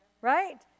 right